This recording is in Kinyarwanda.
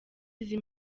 izi